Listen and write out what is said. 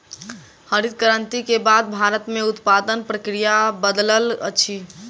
हरित क्रांति के बाद भारत में उत्पादन प्रक्रिया बदलल अछि